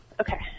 Okay